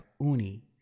Uni